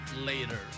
later